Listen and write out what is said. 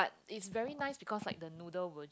is very nice because like the noodle would